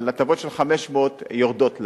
אבל הטבות של 500 יורדות לה.